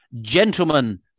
gentlemen